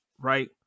right